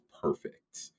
perfect